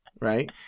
right